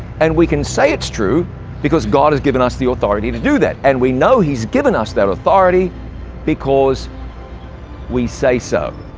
and we can say it's true because god has given us the authority to do that. and we know he's given us that authority because we say so.